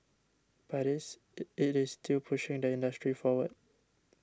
but it's it is still pushing the industry forward